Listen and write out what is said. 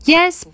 Yes